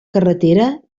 carretera